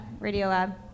Radiolab